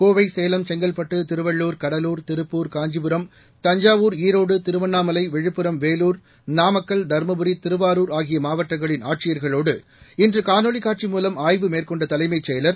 கோவை சேலம் செங்கற்பட்டு திருவள்ளூர் கடலூர் திருப்பூர் காஞ்சிபுரம் தஞ்சாவூர் ஈரோடு திருவண்ணாமலை விழுப்புரம் வேலூர் நாமக்கல் தருமபுரி திருவாரூர் ஆகிய மாவட்டங்களின் ஆட்சியர்களோடு இன்று காணொலிக் காட்சி மூலம் ஆய்வு மேற்கொண்ட தலைமைச் செயலர்